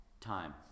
time